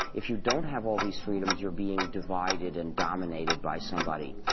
if you don't have all these freedoms, you're being divided and dominated by somebody.